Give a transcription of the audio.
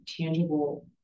tangible